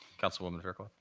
councilwoman fairclough.